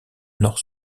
nord